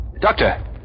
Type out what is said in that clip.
Doctor